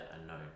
unknown